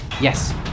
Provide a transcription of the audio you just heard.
Yes